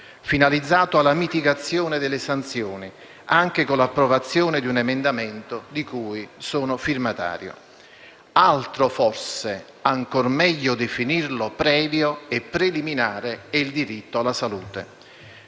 finalizzato alla mitigazione delle sanzioni, anche con l'approvazione di un emendamento di cui sono firmatario. Altro, forse ancor meglio definirlo previo e preliminare, è il diritto alla salute.